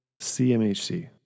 CMHC